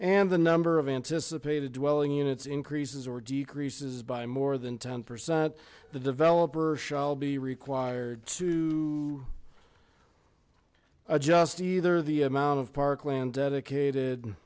and the number of anticipated dwelling units increases or decreases by more than ten percent the developer shall be required to adjust either the amount of parkland